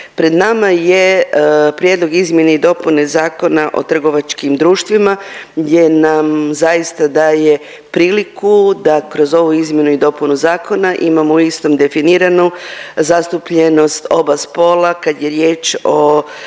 Pred nama je prijedlog izmjene i dopune Zakona o trgovačkim društvima gdje nam zaista daje priliku da kroz ovu izmjenu i dopunu zakona imamo u istom definiranu zastupljenost oba spola kad je riječ o